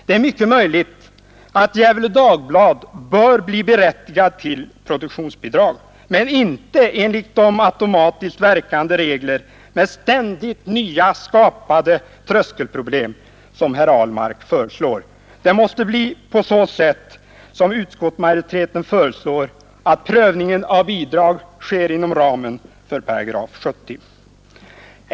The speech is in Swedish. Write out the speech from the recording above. Det är mycket möjligt att Gefle Dagblad bör bli berättigad till produktionsbidrag men inte enligt de automatiskt verkande regler med ständigt nyskapade tröskelproblem, som herr Ahlmark föreslår. Det måste bli på så sätt som utskottsmajoriteten föreslår att prövningen av bidrag sker inom ramen för § 17.